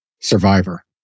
Survivor